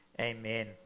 Amen